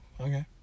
Okay